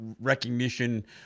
recognition